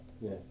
Yes